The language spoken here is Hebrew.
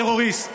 טרוריסט,